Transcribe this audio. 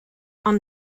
ond